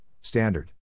standard